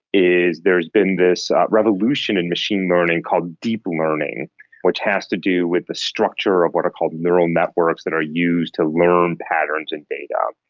is there has been this revolution in machine learning called deep learning which has to do with the structure of what are called neural networks that are used to learn patterns in data.